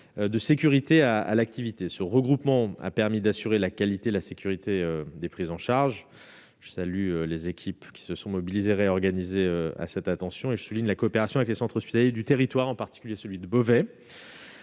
de sécurité à à l'activité, ce regroupement a permis d'assurer la qualité et la sécurité des prises en charge, je salue les équipes qui se sont mobilisés à cette attention et je souligne la coopération avec le centres hospitalier du territoire, en particulier celui de Beauvais,